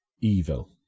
evil